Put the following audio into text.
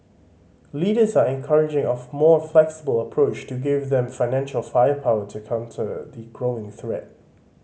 leaders are encouraging a more flexible approach to give them financial firepower to counter the growing threat